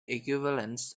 equivalence